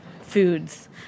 foods